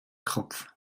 kropf